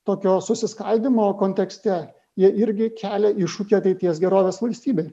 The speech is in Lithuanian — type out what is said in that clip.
tokio susiskaldymo kontekste jie irgi kelia iššūkį ateities gerovės valstybei